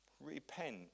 Repent